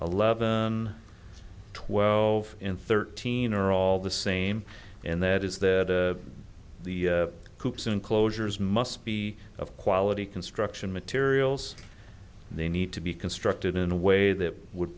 eleven twelve and thirteen are all the same and that is that the hoops and closures must be of quality construction materials they need to be constructed in a way that would